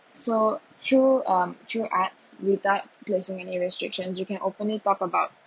so through um through arts without placing any restrictions you can openly talk about